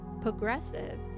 progressive